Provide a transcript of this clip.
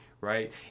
right